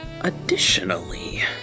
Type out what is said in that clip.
additionally